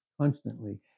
constantly